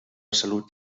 salut